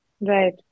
Right